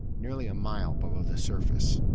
nearly a mile below the surface.